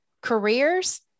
careers